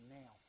now